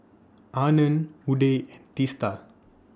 Anand Udai Teesta